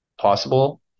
possible